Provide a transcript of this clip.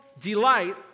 delight